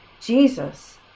Jesus